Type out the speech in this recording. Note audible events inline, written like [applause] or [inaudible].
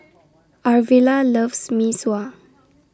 [noise] Arvilla loves Mee Sua